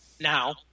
now